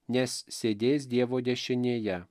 nes sėdės dievo dešinėje